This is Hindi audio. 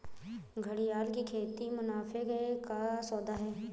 घड़ियाल की खेती मुनाफे का सौदा है